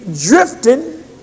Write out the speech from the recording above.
drifting